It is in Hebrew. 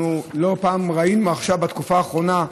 אנחנו לא פעם ראינו, עכשיו בתקופה האחרונה,